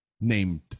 named